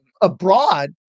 Abroad